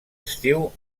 estiu